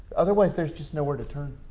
otherwise, there's just no where to turn.